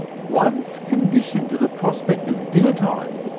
once conditioned to the prospect of dinner time,